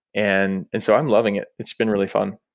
and and so i'm loving it. it's been really fun.